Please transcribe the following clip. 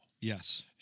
Yes